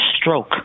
stroke